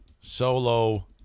solo